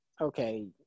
okay